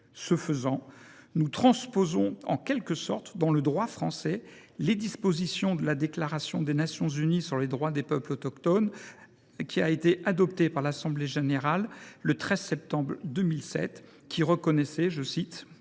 Ce faisant, nous transposons en quelque sorte dans le droit français les dispositions de la Déclaration des Nations unies sur les droits des peuples autochtones, adoptée par l’Assemblée générale le 13 septembre 2007, qui reconnaissait « un